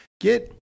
get